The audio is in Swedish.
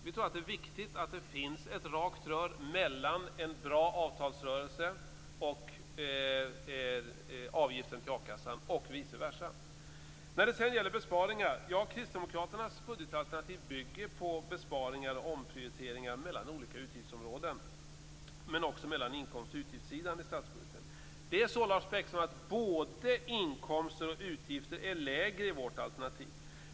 Vi tror att det är viktigt att det finns ett rakt rör mellan en bra avtalsrörelse och avgiften till akassan och vice versa. Kristdemokraternas budgetalternativ bygger på besparingar och omprioriteringar mellan olika utgiftsområden, men också mellan inkomst och utgiftssidan i statsbudgeten. Det är så, Lars Bäckström, att både inkomster och utgifter är lägre i vårt alternativ.